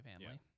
family